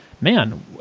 man